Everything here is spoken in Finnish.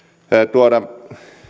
tuoda